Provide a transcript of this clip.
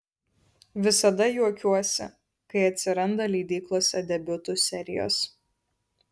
visada juokiuosi kai atsiranda leidyklose debiutų serijos